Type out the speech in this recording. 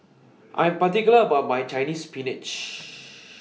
I Am particular about My Chinese Spinach